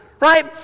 right